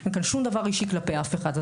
אין כאן שום דבר אישי כלפי אף אחד.